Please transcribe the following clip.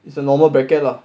it's a normal bracket lah